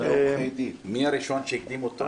מי הראשון שהקדים אותו?